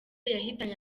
yahitanye